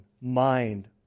mind